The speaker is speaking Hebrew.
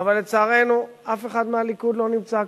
אבל לצערנו אף אחד מהליכוד לא נמצא כאן.